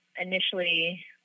initially